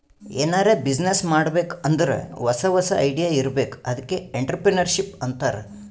ಎನಾರೇ ಬಿಸಿನ್ನೆಸ್ ಮಾಡ್ಬೇಕ್ ಅಂದುರ್ ಹೊಸಾ ಹೊಸಾ ಐಡಿಯಾ ಇರ್ಬೇಕ್ ಅದ್ಕೆ ಎಂಟ್ರರ್ಪ್ರಿನರ್ಶಿಪ್ ಅಂತಾರ್